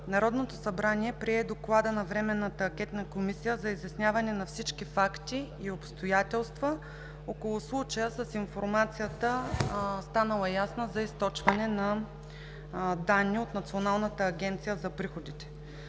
Народното събрание прие Доклада на Временната анкетна комисия за изясняване на всички факти и обстоятелства около случая с информацията, станала ясна, за източване на данни от Националната агенция за приходите.